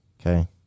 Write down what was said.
Okay